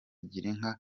girinka